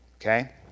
okay